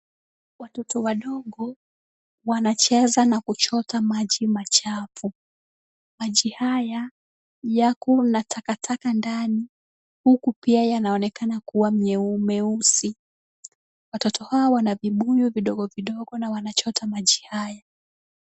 Watoto wadogo wanacheza na kuchota maji machafu, maji haya yako na takataka ndani huku yanaonekana kuwa meusi, watoto hawa wana vibuyu vidogo vidogo na wanachota maji hayo.